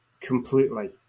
completely